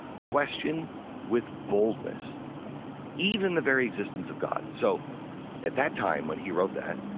question with boldness even the very existence of god. so at that time when he wrote that,